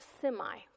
semi